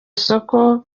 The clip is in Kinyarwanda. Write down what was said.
soko